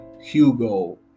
Hugo